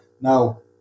Now